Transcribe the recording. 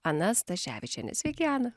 ana staševičienė sveiki ana